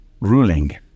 ruling